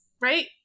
right